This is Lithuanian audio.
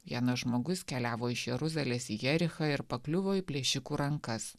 vienas žmogus keliavo iš jeruzalės į jerichą ir pakliuvo į plėšikų rankas